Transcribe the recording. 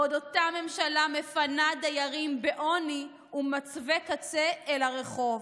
בעוד אותה ממשלה מפנה דיירים בעוני ומצבי קצה אל הרחוב,